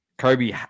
Kobe